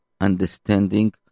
understanding